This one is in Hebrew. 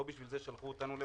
לא לשם כך שלחו אותנו לפה,